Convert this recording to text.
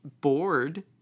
bored